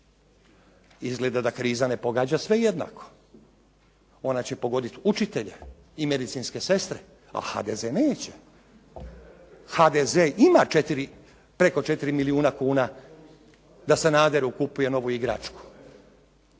Izgleda da kriza ne pogađa sve jednako. Ona će pogoditi učitelje i medicinske sestre, a HDZ neće. HDZ ima preko 4 milijuna kuna da Sanaderu kupuje novu igračku.